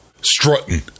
strutting